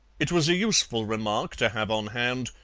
it was a useful remark to have on hand,